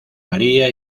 maría